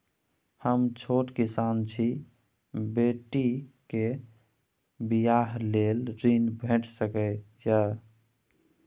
हम छोट किसान छी, बेटी के बियाह लेल ऋण भेट सकै ये?